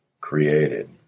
created